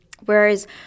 whereas